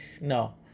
No